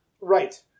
Right